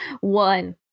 one